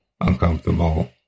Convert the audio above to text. uncomfortable